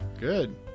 Good